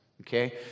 Okay